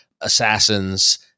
assassins